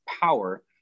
power